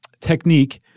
technique